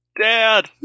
Dad